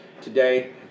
today